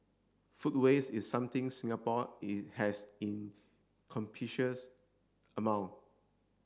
food waste is something Singapore it has in amount